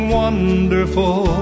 wonderful